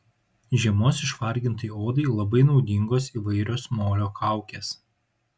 žiemos išvargintai odai labai naudingos įvairios molio kaukės